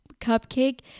cupcake